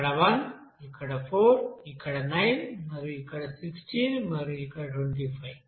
ఇక్కడ 1 ఇక్కడ 4 ఇక్కడ 9 మరియు ఇక్కడ 16 మరియు ఇక్కడ 25